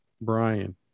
Brian